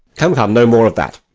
come, come, no more of that.